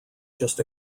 just